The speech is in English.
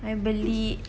I beli